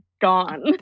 gone